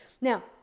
now